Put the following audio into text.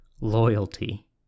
loyalty